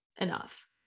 enough